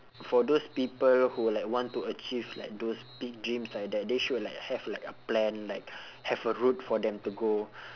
for those people who like want to achieve like those big dreams like that they should like have like a plan like have a route for them to go